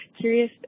curious